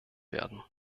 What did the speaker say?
werden